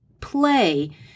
play